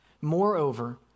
Moreover